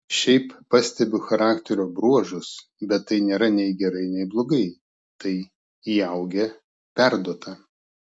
šiaip pastebiu charakterio bruožus bet tai nėra nei gerai nei blogai tai įaugę perduota